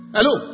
Hello